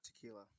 tequila